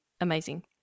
amazing